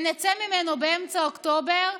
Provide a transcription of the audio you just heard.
ונצא ממנו באמצע אוקטובר,